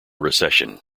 recession